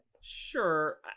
sure